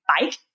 bike